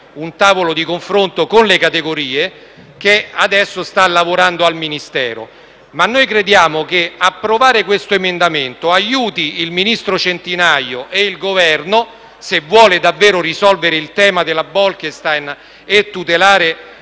un tavolo di confronto con le categorie che attualmente sta lavorando al Ministero. Noi crediamo che approvare questo emendamento aiuti il ministro Centinaio e il Governo: se davvero si vuole risolvere il tema della Bolkestein e tutelare